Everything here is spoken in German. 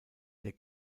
der